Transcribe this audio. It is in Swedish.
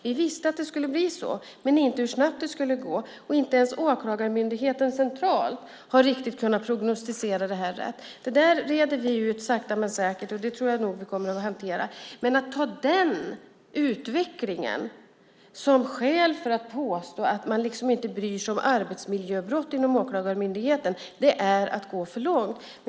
Vi visste att det skulle bli så men inte hur snabbt det skulle gå. Inte ens Åklagarmyndigheten centralt har riktigt kunnat prognostisera det här rätt. Det där reder vi ut sakta men säkert, och jag tror nog att vi kommer att hantera det. Men att ta den utvecklingen som skäl för att påstå att man inom Åklagarmyndigheten inte bryr sig om arbetsmiljöbrott är att gå för långt.